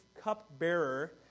cupbearer